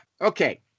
Okay